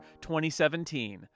2017